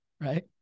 Right